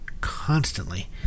constantly